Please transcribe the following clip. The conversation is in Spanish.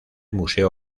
museo